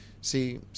see